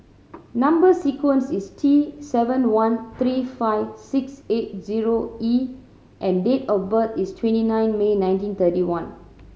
number sequence is T seven one three five six eight zero E and date of birth is twenty nine May nineteen thirty one